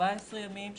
14 ימים,